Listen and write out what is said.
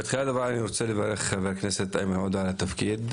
בתחילת דבריי אני רוצה לברך את חבר הכנסת איימן עודה על התפקיד,